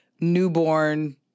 newborn